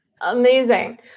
Amazing